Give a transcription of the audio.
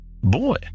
boy